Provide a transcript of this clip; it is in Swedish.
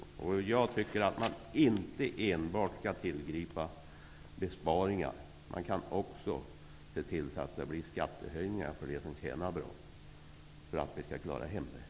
Jag anser att man inte skall tillgripa enbart besparingar. Man kan också se till att det blir skattehöjningar för dem som tjänar bra för att vi skall klara av detta.